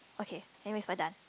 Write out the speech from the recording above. okay anyways we're done